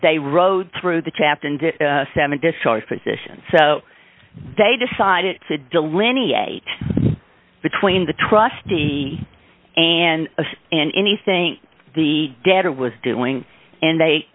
they rode through the chapter seven discharge position so they decided to delineate between the trustee and and anything the debtor was doing and they